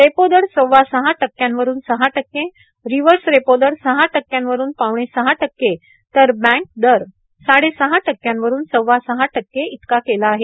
repo दर सव्वा सहा टक्क्यावरून सहा टक्के रिवर्स रेपो दर सहा टक्क्यावरून पावणे सहा टक्के तर बँक दर साडेसहा टक्क्यावरून सव्वासहा टक्के केला आहे